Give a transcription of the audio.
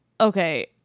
okay